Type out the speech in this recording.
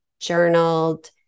journaled